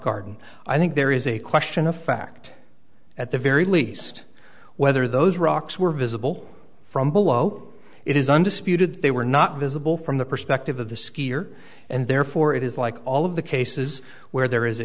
garden i think there is a question of fact at the very least whether those rocks were visible from below it is undisputed that they were not visible from the perspective of the skier and therefore it is like all of the cases where there is a